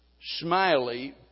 Smiley